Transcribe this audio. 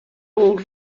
donc